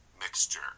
mixture